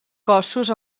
cossos